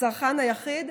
הצרכן היחיד,